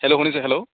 hello শুনিছে hello